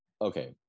okay